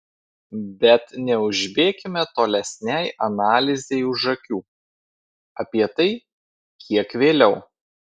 bet neužbėkime tolesnei analizei už akių apie tai kiek vėliau